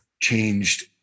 changed